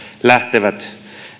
lähtevät